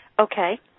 Okay